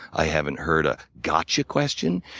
i haven't heard a gotcha question.